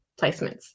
placements